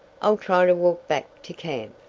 i'll try to walk back to camp.